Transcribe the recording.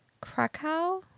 Krakow